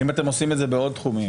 האם אתם עושים את זה בעוד תחומים?